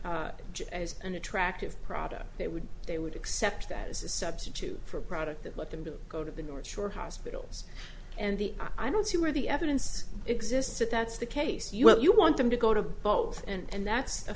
just as an attractive product they would they would accept that as a substitute for a product that let them to go to the north shore hospitals and the i don't see where the evidence exists that that's the case yet you want them to go to both and that's a